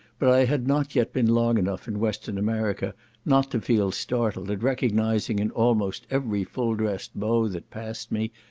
but i had not yet been long enough in western america not to feel startled at recognising in almost every full-dressed beau that passed me,